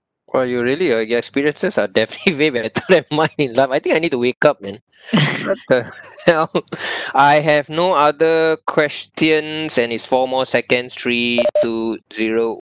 !wah! you really ah your experiences are definitely way better than mine I think I need to wake up and uh ya I have no other questions and it's four more seconds three two zero